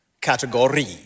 category